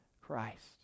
Christ